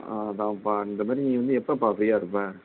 அதாம்ப்பா அந்தமாதிரி நீ வந்து எப்போப்பா ஃபிரீயாக இருப்ப